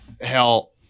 hell